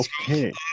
okay